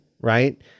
right